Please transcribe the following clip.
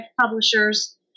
publishers